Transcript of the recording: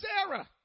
Sarah